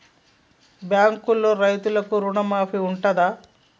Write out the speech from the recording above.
బ్యాంకులో రైతులకు రుణమాఫీ ఉంటదా?